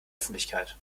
öffentlichkeit